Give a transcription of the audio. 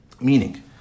Meaning